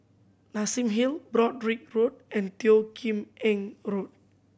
Nassim Hill Broadrick Road and Teo Kim Eng Road